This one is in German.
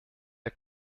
der